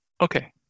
Okay